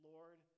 Lord